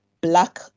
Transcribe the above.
black